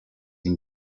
and